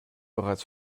bereits